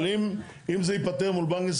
אבל אם זה ייפתר מול בנק ישראל,